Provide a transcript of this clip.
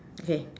okay